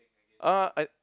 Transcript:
uh I